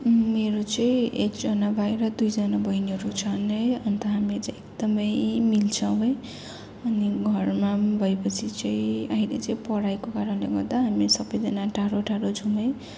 मेरो चाहिँ एकजना भाइ र दुईजना बहिनीहरू छन् है अन्त हामी चाहिँ एकदमै मिल्छौँ है अनि घरमा भएपछि चाहिँ अहिले चाहिँ पढाइको कारणले गर्दा हामी सबैजना टाढो टाढो छौँ है